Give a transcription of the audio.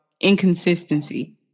inconsistency